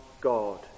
God